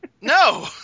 No